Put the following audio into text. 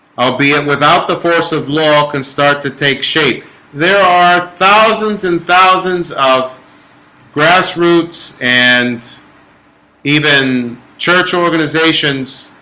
albeit without the force of law can start to take shape there are thousands and thousands of grass roots and even church organizations